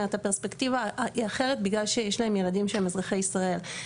הפרספקטיבה היא אחרת בגלל שיש להן ילדים שהם אזרחי ישראל.